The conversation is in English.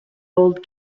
old